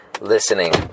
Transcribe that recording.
listening